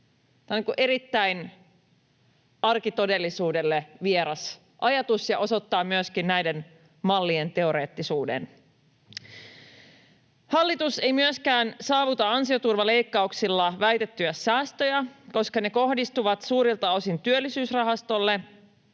Tämä on arkitodellisuudelle erittäin vieras ajatus ja osoittaa myöskin näiden mallien teoreettisuuden. Hallitus ei myöskään saavuta ansioturvaleikkauksilla väitettyjä säästöjä, koska ne kohdistuvat suurilta osin Työllisyysrahastolle